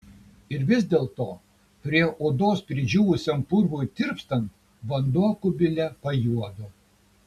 ir vis dėlto prie odos pridžiūvusiam purvui tirpstant vanduo kubile pajuodo